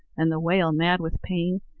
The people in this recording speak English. and the whale, mad with pain,